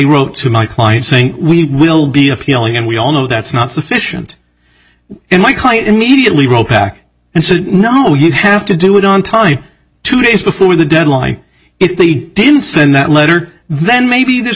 wrote to my client saying we will be appealing and we all know that's not sufficient in my kind immediately wrote back and said no you have to do it on time two days before the deadline if they didn't send that letter then maybe there's